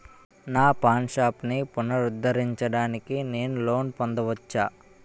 నా పాన్ షాప్ని పునరుద్ధరించడానికి నేను లోన్ పొందవచ్చా?